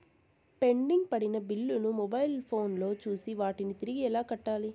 pending పడిన బిల్లులు ను మొబైల్ ఫోను లో చూసి వాటిని తిరిగి ఎలా కట్టాలి